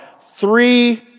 Three